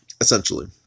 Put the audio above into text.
essentially